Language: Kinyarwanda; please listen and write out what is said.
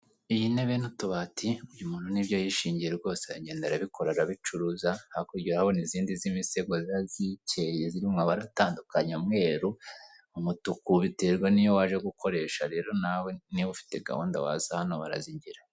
Intebe n'utubati uyu muntu nibyo yishingiye rwose aragenda arabikora arabicuruza, hakurya urahabona izindi z'imisego ziba zicyeye ziri mu mabara atandukanye, umweru, umutuku, biterwa niyo waje gukoresha rero nawe niba ufite gahunda waza hano barazigira .